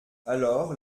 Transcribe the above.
alors